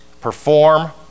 Perform